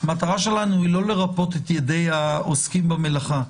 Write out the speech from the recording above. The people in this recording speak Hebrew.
המטרה שלנו היא לא לרפות את ידי העוסקים במלאכה.